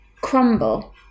crumble